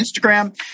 Instagram